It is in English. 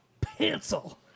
pencil